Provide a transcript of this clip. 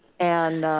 and